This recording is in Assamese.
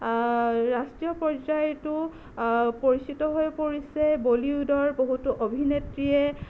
ৰাষ্ট্ৰীয় পৰ্যায়তো পৰিচিত হৈ পৰিছে বলিউডৰ বহুতো অভিনেত্ৰীয়ে